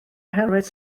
oherwydd